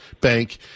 bank